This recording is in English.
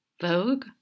Vogue